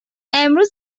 امروز